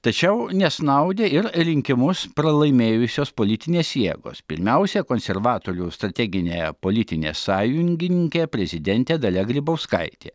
tačiau nesnaudė ir rinkimus pralaimėjusios politinės jėgos pirmiausia konservatorių strateginė politinė sąjungininkė prezidentė dalia grybauskaitė